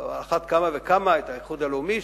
ועל אחת כמה וכמה את האיחוד הלאומי,